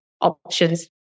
options